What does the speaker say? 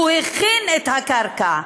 הם הכינו את הקרקע.